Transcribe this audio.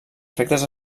efectes